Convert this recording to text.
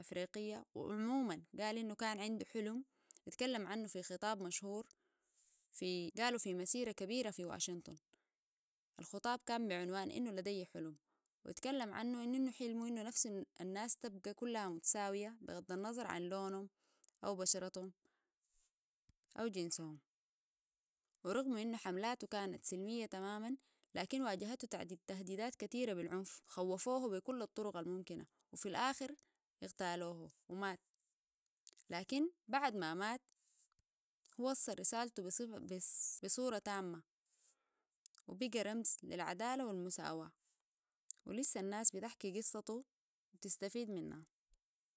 افريقية وعموما قال انه كان عنده حلم اتكلم عنه في خطاب مشهور قالو في مسيرة كبيرة في واشنطن الخطاب كان بعنوان انه لدي حلم واتكلم عنه انو حلمو انو نفسو الناس تبقى كلها متساوية بغض النظر عن لونهم او بشرتهم او جنسهم ورغم انه حملاتو كانت سلمية تماما لكن واجهتو تهديدات كثيرة بالعنف خوفوه بكل الطرق الممكنة وفي الآخر اغتالوه ومات لكن بعد ما مات وصل رسالته بصورة تامة وبقى رمز للعدالة والمساواة ولسه الناس بتحكي قصته وتستفيد منها